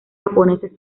japoneses